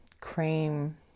cream